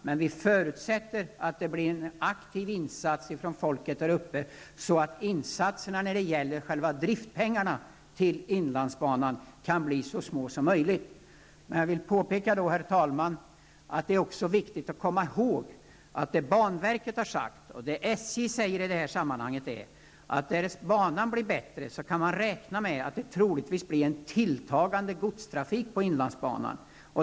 Men vi förutsätter att det blir aktiva insatser från folket där uppe, så att bidragen när det gäller pengar till drift av inlandsbanan kan bli så små som möjligt. Herr talman! Jag vill också påpeka att banverket och SJ har sagt att därest banan blir bättre kan man räkna med att det troligtvis blir en tilltagande godstrafik på inlandsbanan.